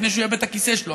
לפני שהוא יאבד את הכיסא שלו,